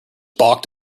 balked